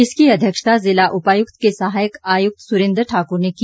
इसकी अध्यक्षता जिला उपायुक्त के सहायक आयुक्त सुरेंद्र ठाकुर ने की